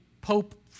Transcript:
Pope